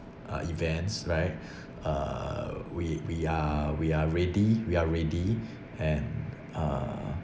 uh events right uh we we are we are ready we are ready and uh